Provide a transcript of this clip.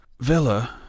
Villa